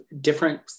different